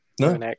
No